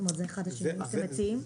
זאת אומרת זה אחד השינויים שאתם מציעים?